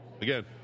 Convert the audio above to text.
again